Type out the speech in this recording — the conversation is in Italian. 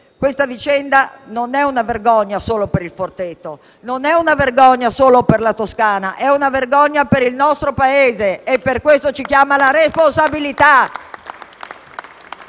Questa vicenda non è una vergogna solo per «Il Forteto», non è una vergogna solo per la Toscana: è una vergogna per il nostro Paese e per questo ci chiama alla responsabilità.